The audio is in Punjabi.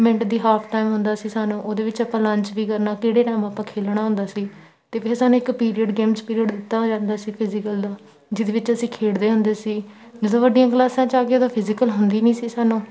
ਮਿੰਟ ਦੀ ਹਾਫ ਟਾਈਮ ਹੁੰਦਾ ਸੀ ਸਾਨੂੰ ਉਹਦੇ ਵਿੱਚ ਆਪਾਂ ਲੰਚ ਵੀ ਕਰਨਾ ਕਿਹੜੇ ਟਾਈਮ ਆਪਾਂ ਖੇਡਣਾ ਹੁੰਦਾ ਸੀ ਅਤੇ ਫਿਰ ਸਾਨੂੰ ਇੱਕ ਪੀਰੀਅਡ ਗੇਮਸ ਪੀਰੀਅਡ ਦਿੱਤਾ ਜਾਂਦਾ ਸੀ ਫਿਜੀਕਲ ਦਾ ਜਿਹਦੇ ਵਿੱਚ ਅਸੀਂ ਖੇਡਦੇ ਹੁੰਦੇ ਸੀ ਜਦੋਂ ਵੱਡੀਆਂ ਕਲਾਸਾਂ 'ਚ ਆ ਗਏ ਉਦੋਂ ਫਿਜ਼ੀਕਲ ਹੁੰਦੀ ਨਹੀਂ ਸੀ ਸਾਨੂੰ